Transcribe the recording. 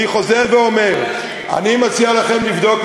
אני חוזר ואומר: אני מציע לכם לבדוק,